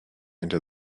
into